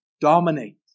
dominate